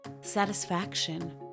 satisfaction